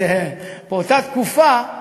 אז, באותה תקופה,